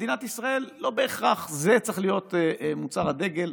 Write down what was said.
במדינת ישראל זה לא בהכרח צריך להיות מוצר הדגל,